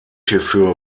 hierfür